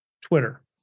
Twitter